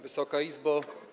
Wysoka Izbo!